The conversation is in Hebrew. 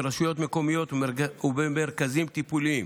ברשויות מקומיות ובמרכזים טיפוליים.